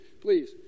please